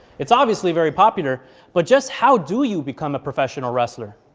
it's obviously very popular but just how do you become a professional wrestler?